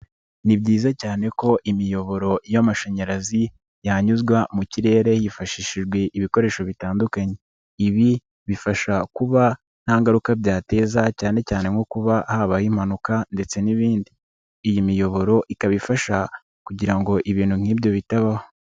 Ni byiza cyane ko imiyoboro y'amashanyarazi yanyuzwa mu kirere hifashishijwe ibikoresho bitandukanye, ibi bifasha kuba nta ngaruka byateza cyane cyane nko kuba habayeho impanuka ndetse n'ibindi, iyi miyoboro ikabafasha kugira ngo ibintu nk'ibyo bitabaho.